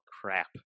crap